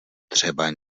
třeba